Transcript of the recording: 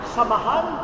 Samahan